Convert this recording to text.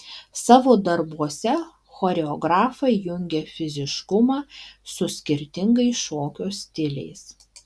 savo darbuose choreografai jungia fiziškumą su skirtingais šokio stiliais